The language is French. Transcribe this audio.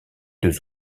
deux